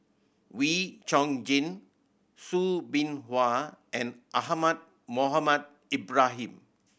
Wee Chong Jin Soo Bin Chua and Ahmad Mohamed Ibrahim